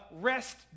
Rest